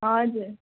हजुर